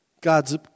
God's